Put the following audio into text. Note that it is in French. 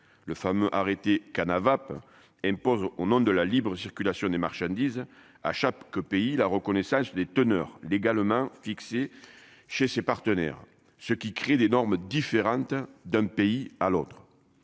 le fameux arrêté Kanavape impose au nom de la libre circulation des marchandises à chaque pays, la reconnaissance des teneurs légalement fixée chez ses partenaires, ce qui crée des normes différentes d'un pays à l'autre,